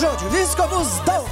žodžiu visko bus daug